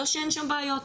לא שאין שם בעיות,